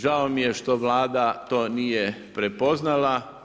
Žao mi je što Vlada to nije prepoznala.